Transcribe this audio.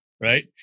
right